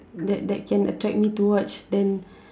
that that can attract me to watch then